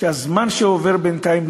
שבזמן שעובר בינתיים,